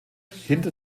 hinter